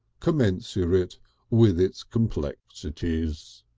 commensurate with its complexities.